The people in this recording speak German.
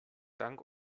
dank